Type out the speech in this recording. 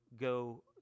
go